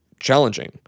challenging